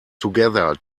together